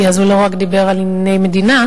אז הוא לא רק דיבר על ענייני מדינה,